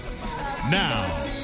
Now